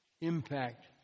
impact